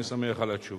אני שמח על התשובה.